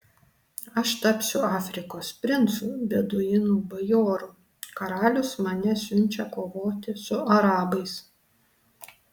aš tapsiu afrikos princu beduinų bajoru karalius mane siunčia kovoti su arabais